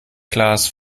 klaas